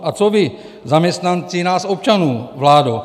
A co vy, zaměstnanci nás občanů, vládo?